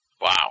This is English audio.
Wow